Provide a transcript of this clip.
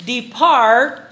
Depart